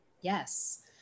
Yes